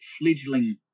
fledgling